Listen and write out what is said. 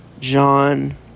John